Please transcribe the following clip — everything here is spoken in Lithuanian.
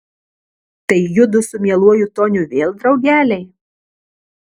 tai judu su mieluoju toniu vėl draugeliai